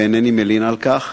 ואינני מלין על כך,